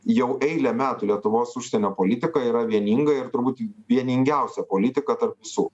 jau eilę metų lietuvos užsienio politika yra vieninga ir turbūt vieningiausia politika tarp visų